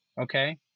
Okay